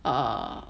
err